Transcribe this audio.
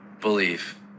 Believe